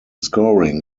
scoring